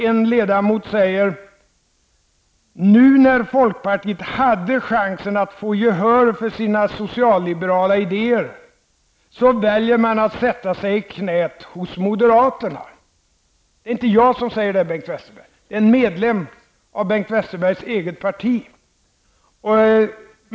En ledamot säger där att nu när folkpartiet har chansen att få gehör för sina socialliberala idéer väljer man att sätta sig i knät på moderaterna. Det är inte jag som säger detta, Bengt Westerberg. Det är en medlem av Bengt Westerbergs eget parti.